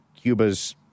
Cuba's